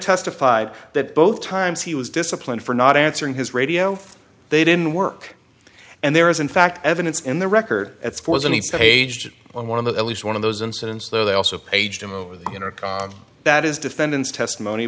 testified that both times he was disciplined for not answering his radio they didn't work and there is in fact evidence in the record as for any staged on one of the at least one of those incidents though they also paged him over the intercom that is defendant's testimony